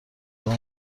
اون